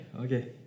Okay